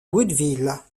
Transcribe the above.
woodville